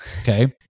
Okay